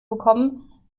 bekommen